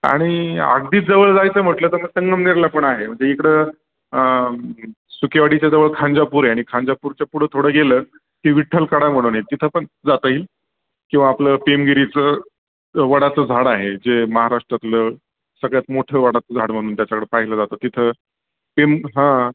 आणि अगदी जवळ जायचं म्हटलं तर मग संगमनेरला पण आहे म्हणजे इकडं सुकेवाडीच्या जवळ खानजापूर आहे आणि खानजापूरच्या पुढं थोडं गेलं की विठ्ठलकडा म्हणून आहे तिथं पण जाता येईल किंवा आपलं पेमगिरीचं वडाचं झाड आहे जे महाराष्ट्रातलं सगळ्यात मोठं वडाचं झाड म्हणून त्याच्याकडं पाहिलं जातं तिथं पेम हां